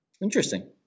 interesting